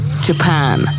Japan